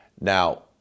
Now